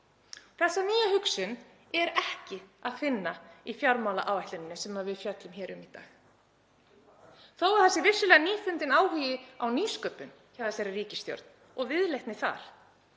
Þessa nýju hugsun er ekki að finna í fjármálaáætluninni sem við fjöllum hér um í dag. Þó að það sé vissulega nýfundinn áhugi á nýsköpun hjá þessari ríkisstjórn og viðleitni þar,